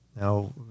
now